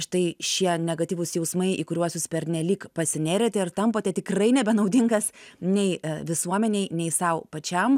štai šie negatyvūs jausmai į kuriuos jūs pernelyg pasinėrėte ir tampate tikrai nebenaudingas nei visuomenei nei sau pačiam